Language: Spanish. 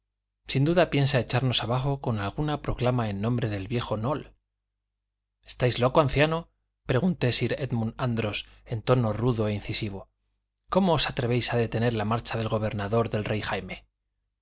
sin duda piensa echarnos abajo con alguna proclama en nombre del viejo noll estáis loco anciano preguntó sir édmund andros en tono rudo e incisivo cómo os atrevéis a detener la marcha del gobernador del rey jaime